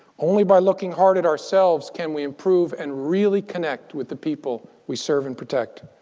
only by looking hard at ourselves can we improve and really connect with the people we serve and protect.